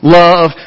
love